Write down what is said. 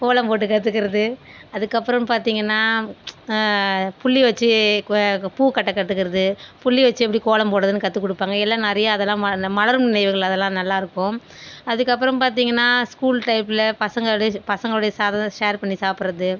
கோலம் போட்டு கற்றுக்கிறது அதுக்கு அப்புறம் பார்த்திங்கன்னா புள்ளி வச்சு குவ பூ கட்ட கற்றுக்கிறது புள்ளி வச்சு எப்படி கோலம் போடுறதுன்னு கற்றுக் கொடுப்பாங்க எல்லாம் நிறையா அதெல்லாம் ம மலரும் நினைவுகள் அதெல்லாம் நல்லாருக்கும் அதற்கப்பறம் பார்த்திங்கன்னா ஸ்கூல் டைப்பில் பசங்களோடே பசங்களோடைய சாதத்தை ஷேர் பண்ணி சாப்புடுறது